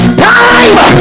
time